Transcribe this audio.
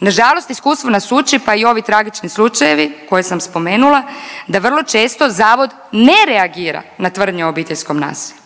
Nažalost iskustvo nas uči pa i ovi tragični slučajevi koje sam spomenula da vrlo često zavod ne reagira na tvrdnje o obiteljskom nasilju.